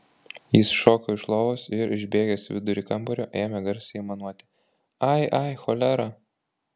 jis šoko iš lovos ir išbėgęs į vidurį kambario ėmė garsiai aimanuoti ai ai cholera